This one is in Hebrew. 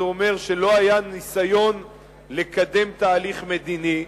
שזה אומר שלא היה ניסיון לקדם תהליך מדיני,